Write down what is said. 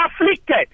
afflicted